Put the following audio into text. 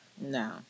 No